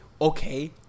Okay